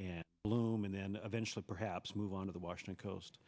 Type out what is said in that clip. and bloom and then eventually perhaps move on to the wash and coast